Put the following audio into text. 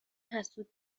حسود